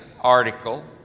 article